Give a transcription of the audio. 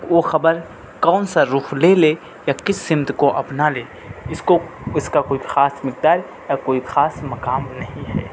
وہ خبر کون سا رخ لے لے یا کس سمت کو اپنا لے اس کو اس کا کوئی خاص مقدار یا کوئی خاص مقام نہیں ہے